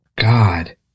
God